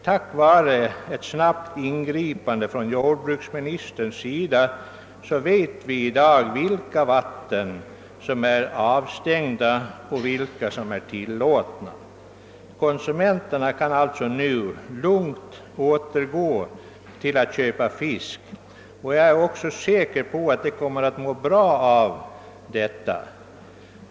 Tack vare ett snabbt ingripande från jordbruksministerns sida vet vi i dag vilka vatten som är avstängda och vilka som är tillåtna. Konsumenterna kan alltså lugnt återgå till att köpa fisk — jag är säker på att de kommer att må bra av detta.